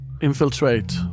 infiltrate